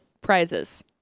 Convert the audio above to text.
prizes